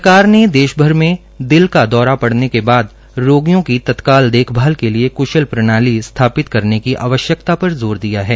सरकार ने देश भर में दिल का दौरा पड़ने के बाद रोगियों की तत्काल देखभाल के लिए कृशल प्रणाली स्थापित करने की आवश्यक्ता पर जोर दिया है